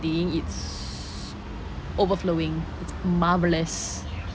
thing it's overflowing it's marvellous